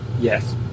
Yes